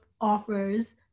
offers